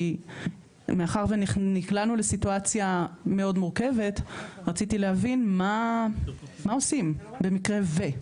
כי מאחר ונקלענו לסיטואציה מאוד מורכבת רציתי להבין מה עושים במקרה ו-.